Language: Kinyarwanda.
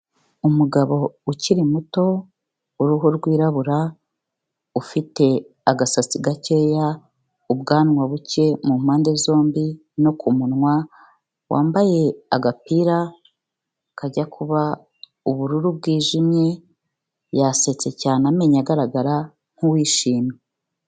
Umugabo ukiri muto w'uruhu rwirabura ufite agasatsi gakeya, ubwanwa buke mu mpande zombi no ku munwa, wambaye agapira kajya kuba ubururu bwijimye, yasetse cyane amenyo agaragara nk'uwishimye.